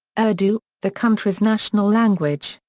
urdu, the country's national language,